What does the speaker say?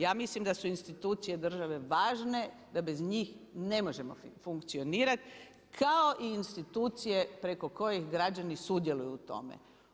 Ja mislim da su institucije države važne da bez njih ne možemo funkcionirati kao i institucije preko kojih građani sudjeluju u tome.